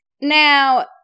Now